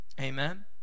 Amen